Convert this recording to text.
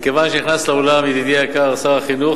מכיוון שנכנס לאולם ידידי היקר שר החינוך,